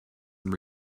and